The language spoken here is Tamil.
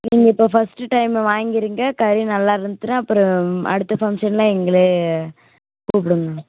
நீங்கள் இப்போ ஃபர்ஸ்ட்டு டைமு வாங்குறீங்க கறி நல்லா இருந்துச்சுன்னா அப்புறம் அடுத்த ஃபங்க்ஷன்லாம் எங்களையே கூப்பிடுங்க